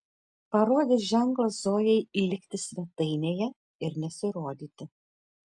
parodė ženklą zojai likti svetainėje ir nesirodyti